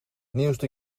nieuwste